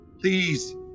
please